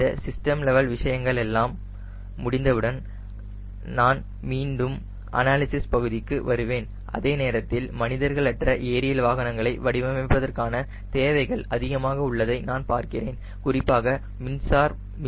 இந்த system level விஷயங்களெல்லாம் முடிந்தவுடன் நான் மீண்டும் அனாலிசிஸ் பகுதிக்கு வருவேன் அதே நேரத்தில் மனிதர்கள் அற்ற ஏரியல் வாகனங்களை வடிவமைப்பதற்கான தேவைகள் அதிகமாக உள்ளதை நான் பார்க்கிறேன் குறிப்பாக மின்சார மோட்டார் பவர் கொண்டவை